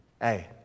Hey